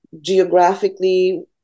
geographically